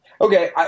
Okay